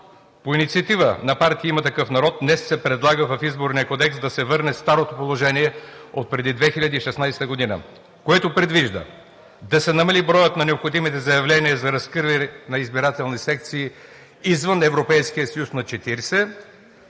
по инициатива на партия „Има такъв народ“ днес се предлага в Изборния кодекс да се върне старото положение отпреди 2016 г., което предвижда да се намали броят на необходимите заявления за разкриване на избирателни секции извън Европейския съюз на 40,